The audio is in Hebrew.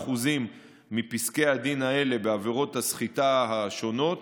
מפסקי הדין האלה בעבירות הסחיטה השונות,